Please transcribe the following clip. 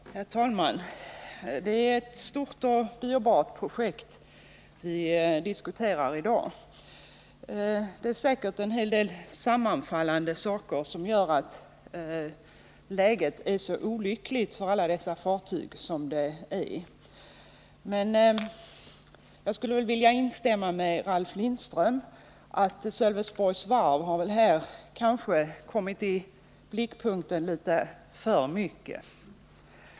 Herr talman! Det är ett stort och dyrbart projekt vi diskuterar i dag. Det är säkert en hel del sammanfallande omständigheter som gör att läget är så olyckligt för alla dessa fartyg. Jag instämmer i vad Ralf Lindström sade att Sölvesborgs Varv här kanske har kommit i blickpunkten litet för mycket.